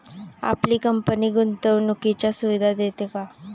आपली कंपनी गुंतवणुकीच्या सुविधा देते का?